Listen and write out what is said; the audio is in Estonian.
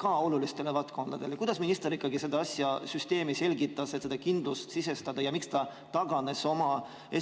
ka olulistesse valdkondadesse? Kuidas minister ikkagi seda süsteemi selgitas, et seda kindlust sisendada? Ja miks ta taganes oma